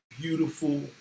beautiful